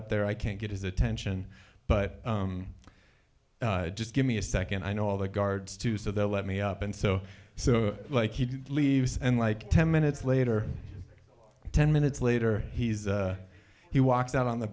up there i can't get his attention but just give me a second i know all the guards too so they'll let me up and so so like he leaves and like ten minutes later ten minutes later he's he walks out on the